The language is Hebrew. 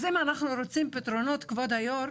אז אם אנחנו רוצים פתרונות, כבוד היו"ר,